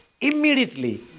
Immediately